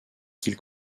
qu’il